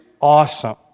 awesome